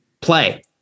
play